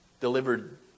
delivered